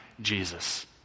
Jesus